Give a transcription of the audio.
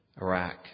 Iraq